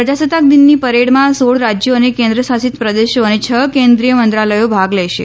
પ્રજાસત્તાક દિનની પરેડમાં સોળ રાજ્યો અને કેન્દ્ર શાસિત પ્રદેશો અને છ કેન્દ્રિય મંત્રાલયો ભાગ લેશે